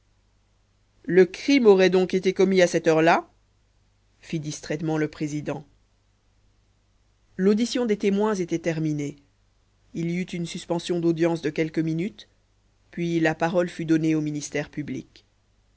le crime aurait donc été commis à cette heure-là fit distraitement le président l'audition des témoins était terminée il y eut une suspension d'audience de quelques minutes puis la parole fut donnée au ministère public